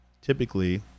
typically